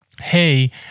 hey